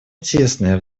тесное